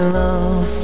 love